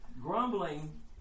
Grumbling